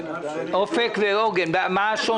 מה השוני?